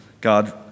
God